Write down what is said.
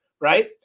Right